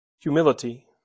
humility